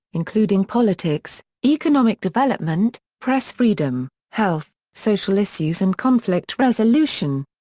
including politics, economic development, press freedom, health, social issues and conflict resolution.